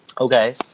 Okay